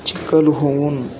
चिखल होऊन